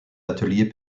ateliers